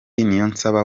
niyonsaba